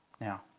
now